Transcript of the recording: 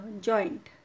joint